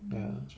ya